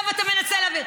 עכשיו אתה מנסה להעביר,